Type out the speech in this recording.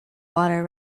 water